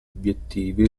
obiettivi